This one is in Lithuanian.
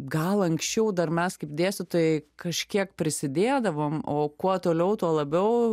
gal anksčiau dar mes kaip dėstytojai kažkiek prisidėdavom o kuo toliau tuo labiau